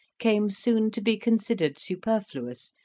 came soon to be considered superfluous,